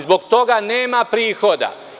Zbog toga nema prihoda.